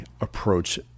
approach